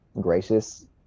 gracious